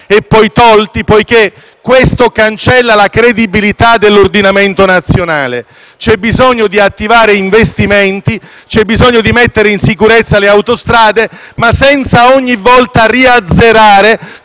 e poi sottratti, poiché questo cancella la credibilità dell'ordinamento nazionale. C'è bisogno di attivare investimenti, di mettere in sicurezza le autostrade, ma senza ogni volta azzerare